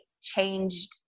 changed